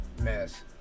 mess